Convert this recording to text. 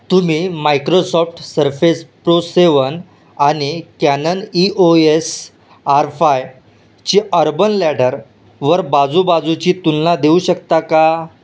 तुम्ही Microsoft surface pro seven आणि Canon E O S R five ची urban लॅडरवर बाजूबाजूची तुलना देऊ शकता का